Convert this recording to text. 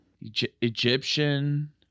egyptian